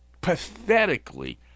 pathetically